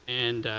and